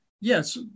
yes